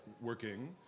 working